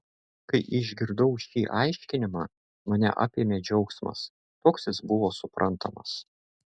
kai išgirdau šį aiškinimą mane apėmė džiaugsmas toks jis buvo suprantamas